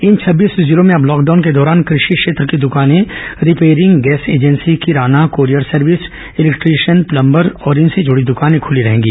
इन छब्बीस जिलों में अब लॉकडाउन के दौरान कृषि क्षेत्र की दुकानें रिपेयरिंग गैस एजेंसी किराना कोरियर सर्विस इलेक्ट्रीशियन प्लंबर और इनसे जुड़ी दुकानें खुलेंगी